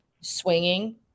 swinging